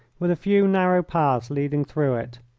with a few narrow paths leading through it.